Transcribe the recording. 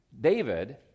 David